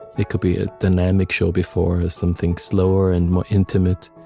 it could be a dynamic show before something slower and more intimate,